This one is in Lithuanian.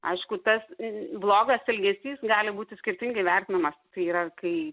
aišku tas blogas elgesys gali būti skirtingai vertinamas tai yra kai